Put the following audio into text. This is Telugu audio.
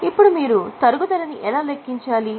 ఇప్పుడు మీరు తరుగుదలని ఎలా లెక్కించాలి